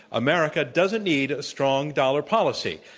america doesn't need a strong dollar policy.